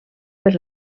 per